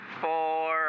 four